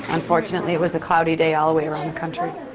unfortunately it was a cloudy day all the way around the country.